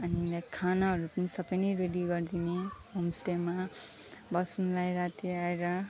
अनि लाइक खानाहरू पनि सबै नै रेडी गरिदिने होमस्टेमा बस्नलाई राति आएर